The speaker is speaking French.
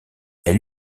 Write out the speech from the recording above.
elle